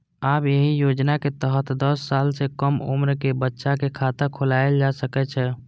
आब एहि योजनाक तहत दस साल सं कम उम्र के बच्चा के खाता खोलाएल जा सकै छै